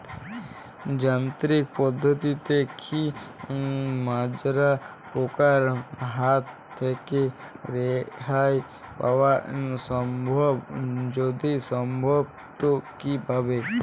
যান্ত্রিক পদ্ধতিতে কী মাজরা পোকার হাত থেকে রেহাই পাওয়া সম্ভব যদি সম্ভব তো কী ভাবে?